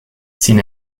sin